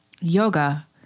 yoga